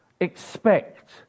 expect